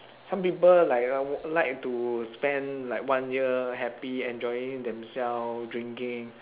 some people like uh like to spend like one year happy enjoying themselves drinking